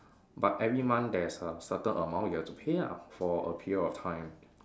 but every month there is a certain amount you have to pay ah for a period of time